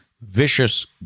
Vicious